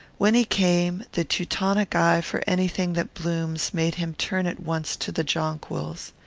when he came, the teutonic eye for anything that blooms made him turn at once to the jonquils.